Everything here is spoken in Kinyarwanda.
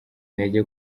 intege